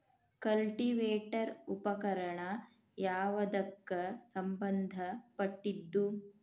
Cultivator ಉಪಕರಣ ಯಾವದಕ್ಕ ಸಂಬಂಧ ಪಟ್ಟಿದ್ದು?